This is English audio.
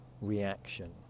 reaction